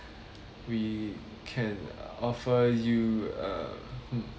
we can offer you a hmm